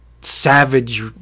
savage